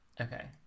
okay